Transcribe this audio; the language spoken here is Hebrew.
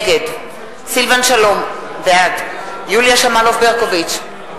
נגד סילבן שלום, בעד יוליה שמאלוב-ברקוביץ,